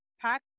pack